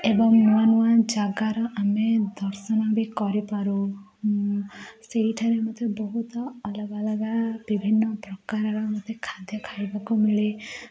ଏବଂ ନୂଆ ନୂଆ ଜାଗାର ଆମେ ଦର୍ଶନ ବି କରିପାରୁ ସେଇଠାରେ ମୋତେ ବହୁତ ଅଲଗା ଅଲଗା ବିଭିନ୍ନ ପ୍ରକାରର ମୋତେ ଖାଦ୍ୟ ଖାଇବାକୁ ମିଳେ